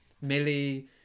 Millie